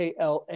KLA